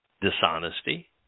dishonesty